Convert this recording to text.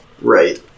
Right